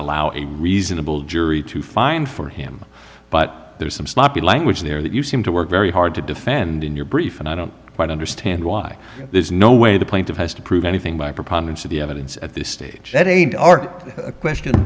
allow a reasonable jury to find for him but there is some sloppy language there that you seem to work very hard to defend in your brief and i don't quite understand why there is no way the plaintiff has to prove anything by preponderance of the evidence at this stage that a question